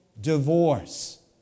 divorce